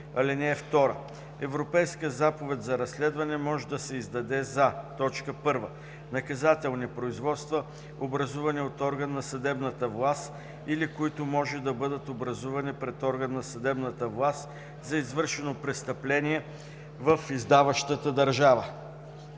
действия. (2) Европейска заповед за разследване може да се издаде за: 1. наказателни производства, образувани от орган на съдебната власт или които може да бъдат образувани пред орган на съдебната власт за извършено престъпление в издаващата държава;